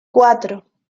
cuatro